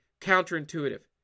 counterintuitive